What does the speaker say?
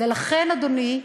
ולכן אדוני,